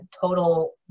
total